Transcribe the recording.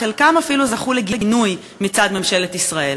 חלקן אפילו זכו לגינוי מצד ממשלת ישראל.